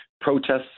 protests